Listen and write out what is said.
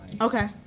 Okay